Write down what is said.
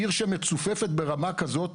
עיר שמצופפת ברמה כזאת,